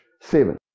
Seven